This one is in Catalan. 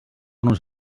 nos